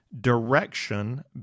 direction